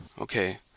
Okay